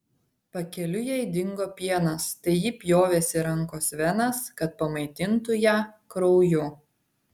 pakeliui jai dingo pienas tai ji pjovėsi rankos venas kad pamaitintų ją krauju